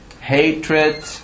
hatred